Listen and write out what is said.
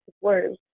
words